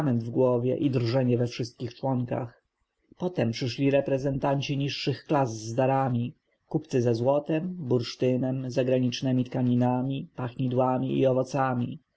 w głowie i drżenie we wszystkich członkach potem przyszli reprezentanci niższych klas z darami kupcy ze złotem bursztynem zagranicznemi tkaninami pachnidłami i owocami